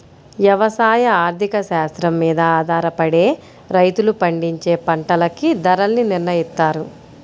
యవసాయ ఆర్థిక శాస్త్రం మీద ఆధారపడే రైతులు పండించే పంటలకి ధరల్ని నిర్నయిత్తారు